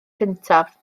cyntaf